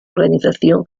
organización